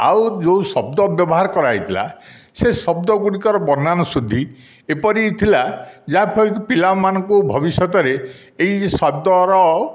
ଆଉ ଯେଉଁ ଶବ୍ଦ ବ୍ୟବହାର କରା ହୋଇଥିଲା ସେ ଶବ୍ଦ ଗୁଡ଼ିକର ବନାନ ଶୁଦ୍ଧି ଏପରି ଥିଲା ଯାହାଫଳରେ କି ପିଲାମାନଙ୍କୁ ଭବିଷ୍ୟତରେ ଏଇ ଶବ୍ଦର